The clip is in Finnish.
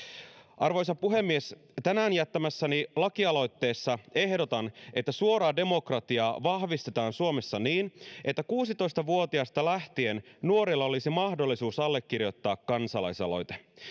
arvoisa puhemies tänään jättämässäni lakialoitteessa ehdotan että suoraa demokratiaa vahvistetaan suomessa niin että kuusitoista vuotiaasta lähtien nuorella olisi mahdollisuus allekirjoittaa kansalaisaloite